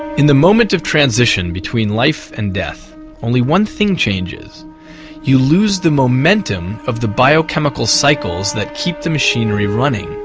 in the moment of transition between life and death only one thing changes you lose the momentum of the biochemical cycles that keep the machinery running.